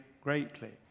greatly